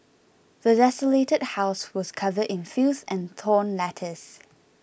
the desolated house was covered in filth and torn letters